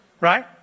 right